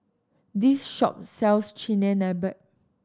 this shop sells Chigenabe